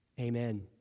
amen